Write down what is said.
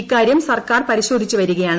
ഇക്കാര്യം സർക്കാർ പരിശോധിച്ച് വരികയാണ്